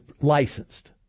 licensed